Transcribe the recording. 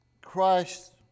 Christ